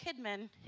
Kidman